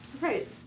right